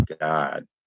God